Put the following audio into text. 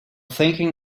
thinking